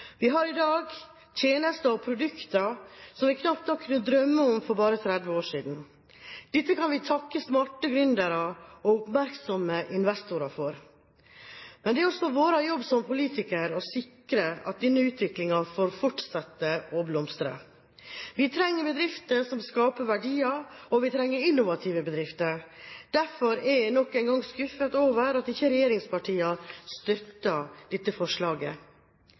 Vi har i dag tjenester og produkter som vi knapt nok kunne drømme om for bare 30 år siden. Dette kan vi takke smarte gründere og oppmerksomme investorer for. Men det er også vår jobb som politikere å sikre at denne utviklingen får fortsette å blomstre. Vi trenger bedrifter som skaper verdier, og vi trenger innovative bedrifter. Derfor er jeg nok en gang skuffet over at ikke regjeringspartiene støtter dette forslaget.